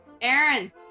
Aaron